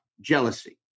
Jealousy